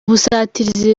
busatirizi